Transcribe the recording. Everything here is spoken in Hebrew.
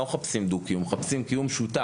לא מחפשים כיום דו קיום אלא קיום משותף.